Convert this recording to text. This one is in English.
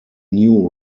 new